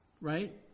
Right